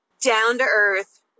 down-to-earth